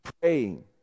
praying